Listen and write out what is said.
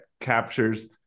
captures